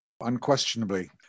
unquestionably